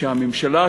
שהממשלה,